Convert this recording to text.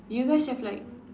do you guys have like